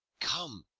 come,